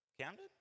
Camden